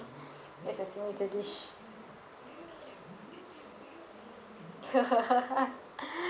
as I smell the dish